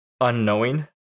unknowing